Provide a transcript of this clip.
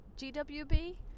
GWB